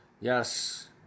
Yes